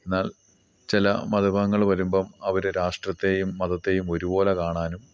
എന്നാൽ ചില മത വിഭാഗങ്ങൾ വരുമ്പം അവർ രാഷ്ട്രത്തെയും മതത്തെയും ഒരുപോലെ കാണാനും